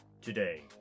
today